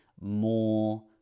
more